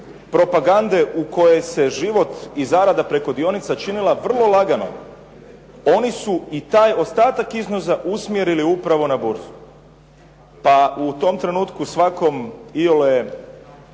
propagande u kojoj se život i zarada preko dionica činila vrlo laganom? Oni su i taj ostatak iznosa usmjerili upravo na burzu. Pa u tom trenutku svakom iole